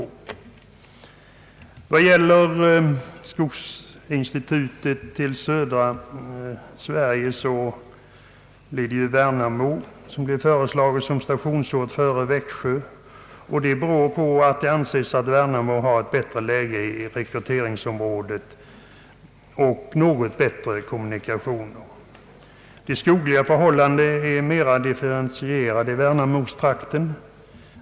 Som stationsort för skogsinstitutet i södra Sverige har Värnamo föreslagits före Växjö. Det beror på att Värnamo anses ha ett bättre läge i rekryteringsområdet och något bättre kommunikationer. De skogliga förhållandena är mera differentierade i värnamotrakten.